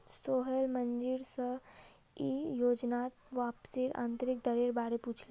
Sohail manager से ई योजनात वापसीर आंतरिक दरेर बारे पुछले